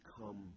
come